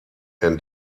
and